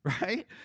right